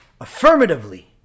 affirmatively